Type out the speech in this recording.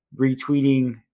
retweeting